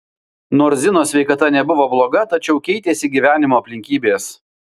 nors zinos sveikata nebuvo bloga tačiau keitėsi gyvenimo aplinkybės